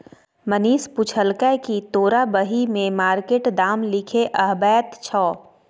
मनीष पुछलकै कि तोरा बही मे मार्केट दाम लिखे अबैत छौ